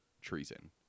Treason